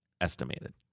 estimated